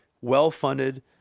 well-funded